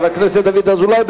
חבר הכנסת דוד אזולאי.